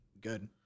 good